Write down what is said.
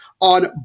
on